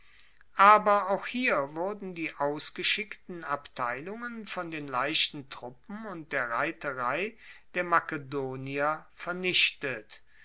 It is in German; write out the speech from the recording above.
aber auch hier wurden die ausgeschickten abteilungen von den leichten truppen und der reiterei der makedonier vernichtet